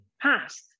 past